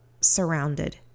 surrounded